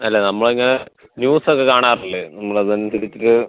അല്ല നമ്മൾ ഇങ്ങനെ ന്യൂസ് ഒക്കെ കാണാറില്ലേ നമ്മൾ അതനുസരിച്ചിട്ട്